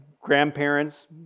grandparents